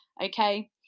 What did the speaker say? Okay